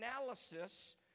analysis